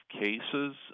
cases